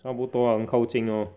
差不多 lah 很靠近 lor